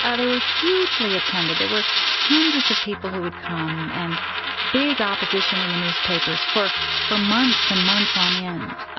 ah they were hugely attended there were hundreds of people who would come, and big opposition in the newspapers for for months and months on end.